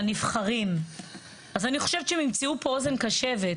ולנבחרים אז אני חושבת שהם ימצאו פה אוזן קשבת,